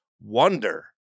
wonder